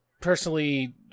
personally